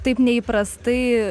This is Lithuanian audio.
taip neįprastai